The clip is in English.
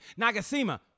Nagasima